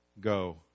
go